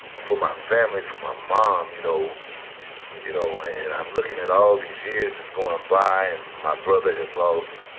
for my family for my mom, you know and you know i'm looking at all these years that's going by and my brother has lost